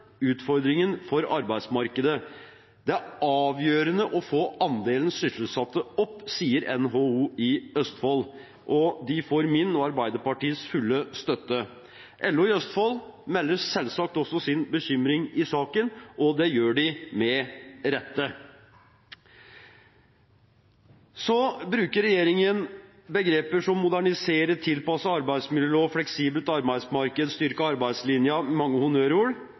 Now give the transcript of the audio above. utfordringen for arbeidsmarkedet». Det er avgjørende å få andelen sysselsatte opp, sier NHO i Østfold. De får min og Arbeiderpartiets fulle støtte. LO i Østfold melder selvsagt også sin bekymring i saken, og det gjør de med rette. Regjeringen bruker begreper som «modernisere og tilpasse arbeidsmiljøloven», «fleksibelt arbeidsmarked», «styrke arbeidslinjen» – mange honnørord.